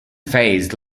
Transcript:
phase